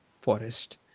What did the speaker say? forest